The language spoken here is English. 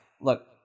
look